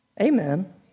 Amen